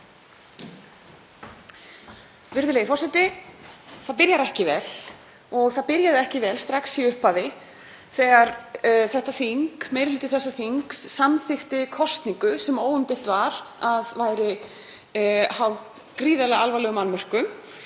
Virðulegi forseti. Það byrjar ekki vel og það byrjaði ekki vel strax í upphafi þegar meiri hluti þessa þings samþykkti kosningu sem óumdeilt var að væri háð gríðarlega alvarlegum annmörkum